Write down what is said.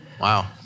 Wow